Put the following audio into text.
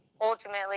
ultimately